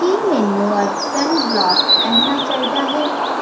ਕੀ ਮੈਨੂੰ ਅੱਜ ਸਨਬਲਾਕ ਪਹਿਨਣਾ ਚਾਹੀਦਾ ਹੈ